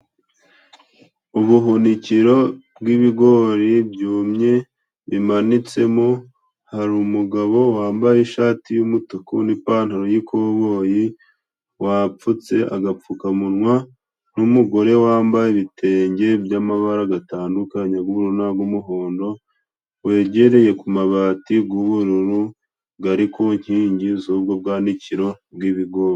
Ubuhunikiro bw'ibigori byumye bimanitsemo hari umugabo wambaye ishati y'umutuku n'ipantaro y'ikoboyi ,wapfutse agapfukamunwa n'umugore wambaye ibitenge by'amabara gatandukanye ag'ubururu n'ag'umuhondo wegereye ku mabati g'ubururu gari ku nkingi z'ubwo bwanikiro bw'ibigori.